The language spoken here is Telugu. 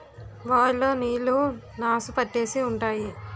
బాయ్ లో నీళ్లు నాసు పట్టేసి ఉంటాయి